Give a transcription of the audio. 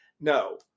no